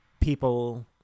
people